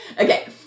Okay